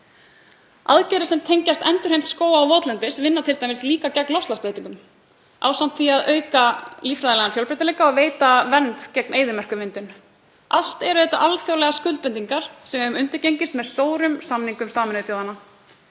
Aðgerðir sem tengjast endurheimt skóga eða votlendis vinna t.d. líka gegn loftslagsbreytingum ásamt því að auka líffræðilegan fjölbreytileika og veita vernd gegn eyðimerkurmyndun. Allt eru þetta alþjóðlegar skuldbindingar sem við höfum undirgengist í stórum samningum Sameinuðu þjóðanna.